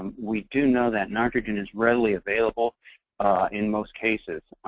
we do know that nitrogen is readily available in most cases.